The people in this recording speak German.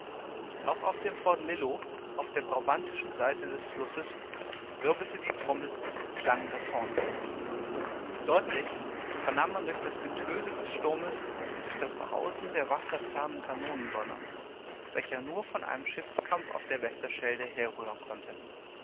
auch auf dem fort lillo auf der brabantischen seite des flusses wirbelte die trommel klang das horn deutlich vernahm man durch das getöse des sturmes durch das brausen der wasser fernen kanonendonner der nur von einem schiffskampf auf der westerschelde herrühren konnte